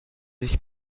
sich